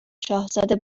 شاهزاده